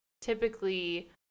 typically